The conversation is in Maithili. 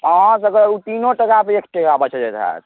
अहाँ सब कऽ ओ तीनो टका पऽ एक टका बचि जाइत होएत